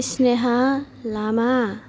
Sneha Lama